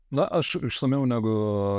na aš išsamiau negu